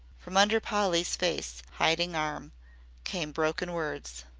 from under polly's face-hiding arm came broken words.